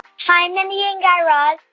hi. mindy and guy raz.